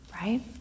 right